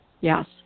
Yes